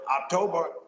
October